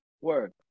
Word